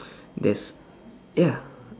there's ya